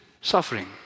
suffering